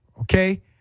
okay